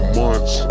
months